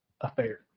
affair